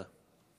בבקשה.